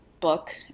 book